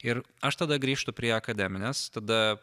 ir aš tada grįžtu prie akademinės tada